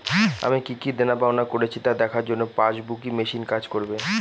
আমি কি কি দেনাপাওনা করেছি তা দেখার জন্য পাসবুক ই মেশিন কাজ করবে?